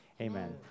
Amen